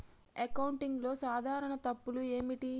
అకౌంటింగ్లో సాధారణ తప్పులు ఏమిటి?